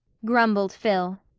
grumbled phil.